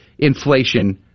inflation